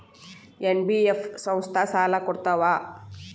NBF ಸಂಸ್ಥಾ ಸಾಲಾ ಕೊಡ್ತಾವಾ?